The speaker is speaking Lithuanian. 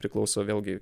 priklauso vėlgi